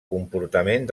comportament